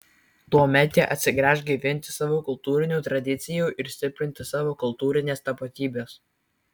tuomet jie atsigręš gaivinti savo kultūrinių tradicijų ir stiprinti savo kultūrinės tapatybės